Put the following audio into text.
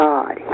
God